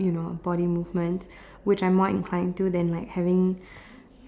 you know body movements which I'm more inclined to than like having